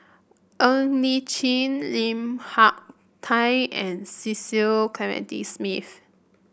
Ng Li Chin Lim Hak Tai and Cecil Clementi Smith